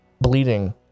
bleeding